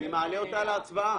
אני מעלה אותה להצבעה.